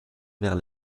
vers